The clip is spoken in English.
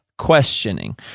questioning